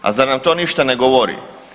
A zar nam to ništa ne govori?